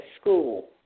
school